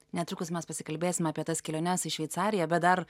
netrukus mes pasikalbėsim apie tas keliones į šveicariją bet dar